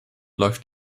läuft